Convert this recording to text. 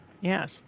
yes